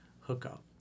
hookup